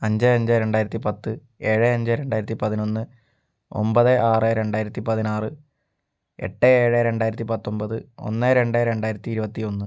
അഞ്ച് അഞ്ച് രണ്ടായിരത്തി പത്ത് ഏഴ് അഞ്ച് രണ്ടായിരത്തി പതിനൊന്ന് ഒൻപത് ആറ് രണ്ടായിരത്തി പതിനാറ് ഏട്ട് ഏഴ് രണ്ടായിരത്തി പത്തൊൻപത് ഒന്ന് രണ്ട് രണ്ടായിരത്തി ഇരുപത്തി ഒന്ന്